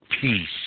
peace